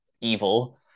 evil